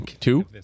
two